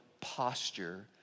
posture